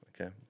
Okay